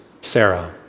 Sarah